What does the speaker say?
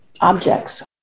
objects